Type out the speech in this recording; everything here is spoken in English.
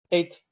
Eight